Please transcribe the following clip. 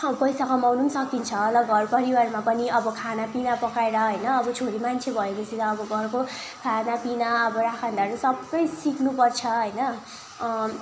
पैसा कमाउनु पनि सकिन्छ होला घर परिवारमा पनि अब खानापिना पकाएर होइन अब छोरी मान्छे भएपछि त घरको खानापिना अब राखनधरन सबै सिक्नुपर्छ होइन